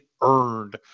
earned